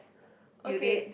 okay